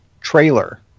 trailer